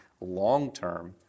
long-term